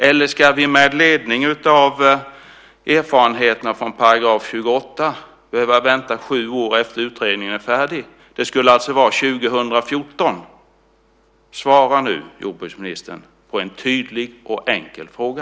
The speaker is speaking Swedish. Eller ska vi med ledning av erfarenheterna från § 28 behöva vänta sju år efter det att utredningen är färdig? Det skulle alltså vara 2014. Svara nu, jordbruksministern, på en tydlig och enkel fråga!